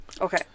okay